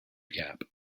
gap